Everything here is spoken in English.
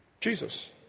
Jesus